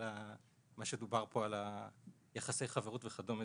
אבל מה שדובר פה על יחסי החברות וכדומה,